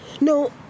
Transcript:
No